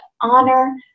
honor